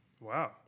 Wow